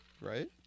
Right